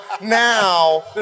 now